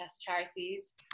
charities